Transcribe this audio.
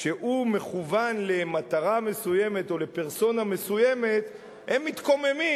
שהוא מכוון למטרה מסוימת או לפרסונה מסוימת הם מתקוממים.